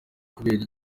kubera